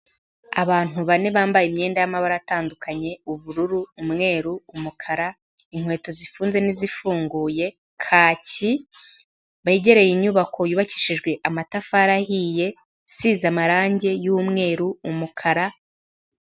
Abantu bane bambaye imyenda y'amabara atandukanye: ubururu, umweru, n'umukara, inkweto zifunze n'izifunguye, kaki, begereye inyubako yubakishijwe amatafari ahiye, isize amarangi y'umweru, umukara.